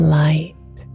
light